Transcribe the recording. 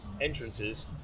entrances